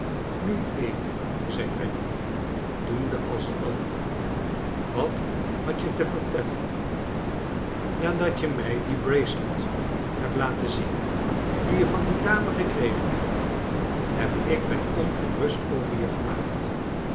nu amy zei fanny doende als de anderen wat had je te vertellen nadat je mij die bracelet hebt laten zien die je van die dame gekregen hebt heb ik mij ongerust over je gemaakt